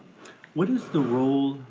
what is the role,